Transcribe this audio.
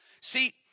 See